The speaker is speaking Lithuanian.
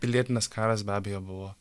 pilietinis karas be abejo buvo